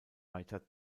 weiter